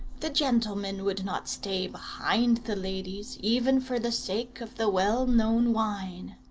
the gentlemen would not stay behind the ladies, even for the sake of the well-known wine.